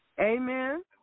Amen